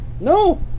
No